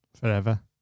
forever